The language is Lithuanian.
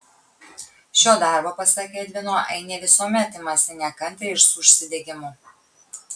šio darbo pasak edvino ainė visuomet imasi nekantriai ir su užsidegimu